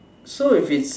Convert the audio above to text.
so if it's